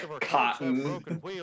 cotton